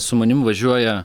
su manim važiuoja